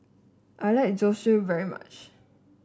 I like Zosui very much